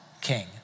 king